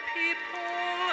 people